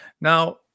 Now